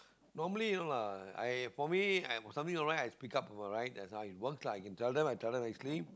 normally no lah I for me I'm something not right I speak up for my right that's how it works lah If I can tell them I tell them nicely